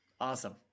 Awesome